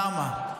למה?